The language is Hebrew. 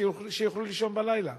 שיוכלו לישון בלילה.